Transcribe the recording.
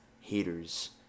haters